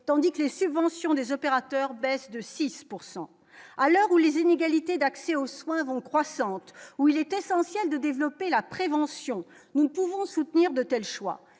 tandis que les subventions des opérateurs baissent de 6 pourcent à l'heure où les inégalités d'accès aux soins vont croissantes, où il est essentiel de développer la prévention, nous ne pouvons soutenir de tels choix